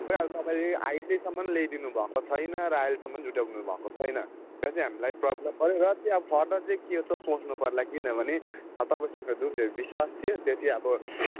एउटा तपाईंले अहिलेसम्मन् ल्याइदिनुभएको छैन र अहिलेसम्मन् जुटाउनुभएको छैन र चाहिँ हामीलाई प्रब्लम पऱ्यो र चाहिँ फर्दर चाहिँ के छ सोच्नुपर्ला किनभने अब तपाईँसँग जुन यो विश्वास थियो त्यो चाहिँ अब